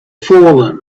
fallen